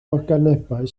organebau